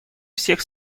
всех